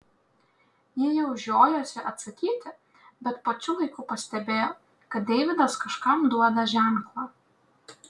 ji jau žiojosi atsakyti bet pačiu laiku pastebėjo kad deividas kažkam duoda ženklą